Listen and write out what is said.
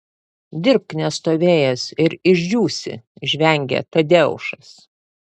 dirbk nestovėjęs ir išdžiūsi žvengia tadeušas